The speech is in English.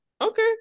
Okay